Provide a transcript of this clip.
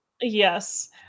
Yes